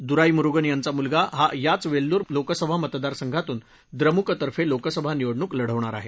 दुराईमुरुगन यांचा मुलगा हा याचं वेल्लुर लोकसभा मतदारसंघातून द्रमुकतर्फे लोकसभा निवडणूक लढवणार आहे